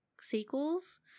sequels